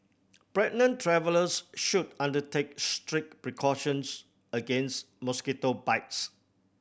pregnant travellers should undertake strict precautions against mosquito bites